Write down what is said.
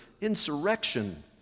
insurrection